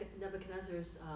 Nebuchadnezzar's